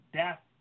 death